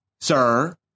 sir